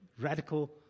radical